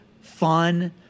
fun